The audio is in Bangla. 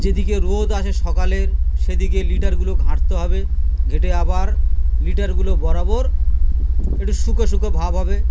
যেদিকে রোদ আসে সকালের সেদিকে লিটারগুলো ঘাঁটতে হবে ঘেঁটে আবার লিটারগুলো বরাবর একটু শুকনো শুকনো ভাব হবে